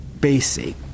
basic